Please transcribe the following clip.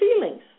feelings